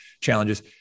challenges